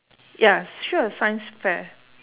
ya sure science fair